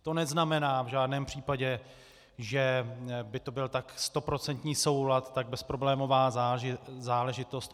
To neznamená v žádném případě, že by to byl tak stoprocentní soulad, tak bezproblémová záležitost.